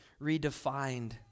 redefined